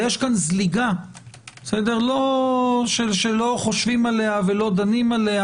יש כאן זליגה שלא חושבים עליה ולא דנים עליה.